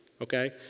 okay